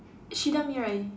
Shida Mirai